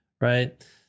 right